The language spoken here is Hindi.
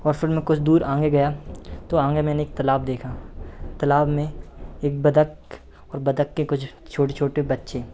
और फिर मैं कुछ दूर आगे गया तो आगे मैंने तालाब देखा तालाब में एक बत्तख और बत्तख के कुछ छोटे छोटे बच्चे